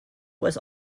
was